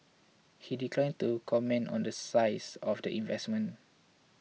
he declined to comment on the size of the investment